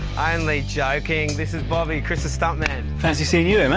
i'm only joking this is bobby, chris' stuntman! fancy seeing you i mean